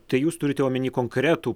tai jūs turite omenyje konkretų